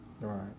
Right